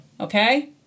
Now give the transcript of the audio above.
okay